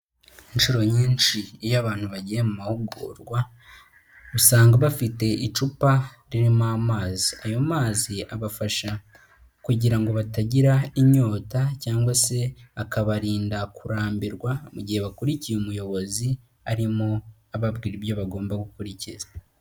Inshuro nyinshi iyo abantu bagiye mu mahugurwa usanga bafite icupa ririmo amazi, ayo mazi abafasha kugira ngo batagira inyota cyangwa se akabarinda kurambirwa mu gihe bakurikiye umuyobozi arimo ababwira ibyo bagomba gukurikiza.